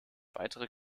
weitere